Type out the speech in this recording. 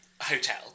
hotel